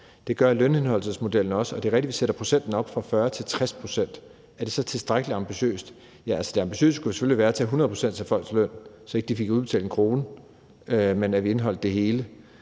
Det gør lønindeholdelsesmodellen også, og det er rigtigt, at vi sætter procenten op fra 40 til 60 pct. Er det så tilstrækkelig ambitiøst? Ja, altså, det ambitiøse kunne jo selvfølgelig være at tage 100 pct. af folks løn, så de ikke fik udbetalt en krone, men at vi indeholdt det hele.